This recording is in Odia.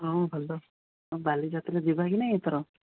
ହଁ ଭଲ ଆଉ ବାଲିଯାତ୍ରା ଯିବା କି ନାହିଁ ଏଥର